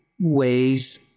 ways